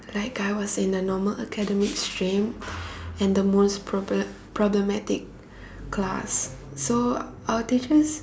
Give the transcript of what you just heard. like I was in the Normal Academic stream and the most proble~ problematic class so our teachers